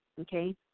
okay